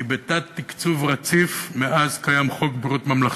היא בתת-תקצוב רציף מאז קיים חוק ביטוח בריאות ממלכתי.